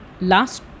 last